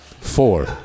Four